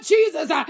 Jesus